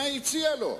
מה היא הציעה לו?